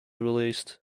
released